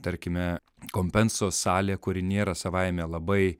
tarkime kompensos salė kuri nėra savaime labai